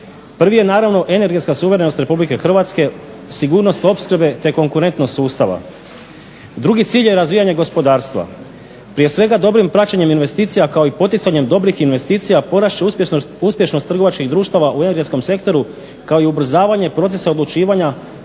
Prvi je naravno energetska suverenost RH, sigurnost opskrbe te konkurentnost sustava. Drugi cilj je razvijanje gospodarstva. Prije svega dobrim praćenjem investicija kao i poticanjem dobrih investicija porast će uspješnost trgovačkih društava u energetskom sektoru kao i ubrzavanje procesa odlučivanja